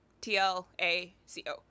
T-L-A-C-O